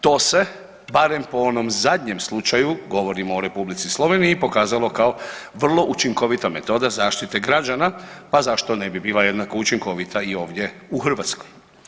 To se barem po onom zadnjem slučaju, govorimo o Republici Sloveniji pokazalo kao vrlo učinkovita metoda zaštite građana pa zašto ne bi bila jednako učinkovita i ovdje u Hrvatskoj.